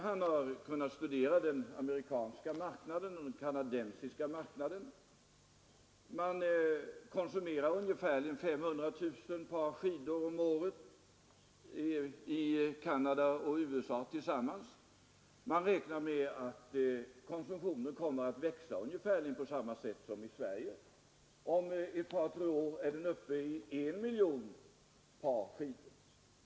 Han har kunnat studera den amerikanska och den kanadensiska marknaden. I Canada och USA konsumeras ungefär 500 000 par skidor under året sammanlagt. Man räknar med att konsumtionen kommer att växa ungefär på samma sätt som i Sverige. På ett par tre år är den uppe i 1 miljon par skidor.